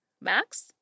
Max